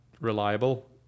reliable